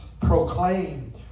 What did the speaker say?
Proclaim